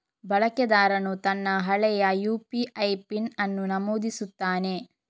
ಬಳಕೆದಾರನು ತನ್ನ ಹಳೆಯ ಯು.ಪಿ.ಐ ಪಿನ್ ಅನ್ನು ನಮೂದಿಸುತ್ತಾನೆ